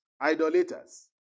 idolaters